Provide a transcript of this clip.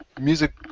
Music